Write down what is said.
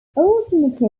alternatively